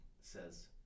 says